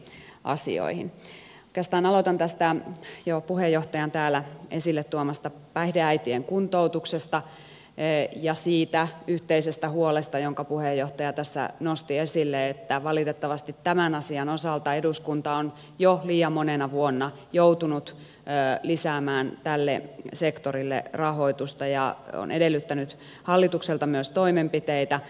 oikeastaan aloitan tästä jo puheenjohtajan täällä esille tuomasta päihdeäitien kuntoutuksesta ja siitä yhteisestä huolesta jonka puheenjohtaja tässä nosti esille että valitettavasti tämän asian osalta eduskunta on jo liian monena vuonna joutunut lisäämään tälle sektorille rahoitusta ja on edellyttänyt hallitukselta myös toimenpiteitä